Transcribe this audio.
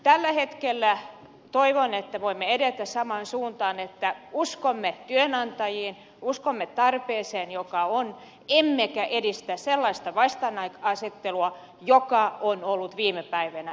tällä hetkellä toivon että voimme edetä samaan suuntaan siis uskomme työnantajiin uskomme tarpeeseen joka on emmekä edistä sellaista vastakkainasettelua joka on ollut viime päivinä esillä